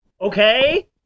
okay